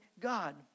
God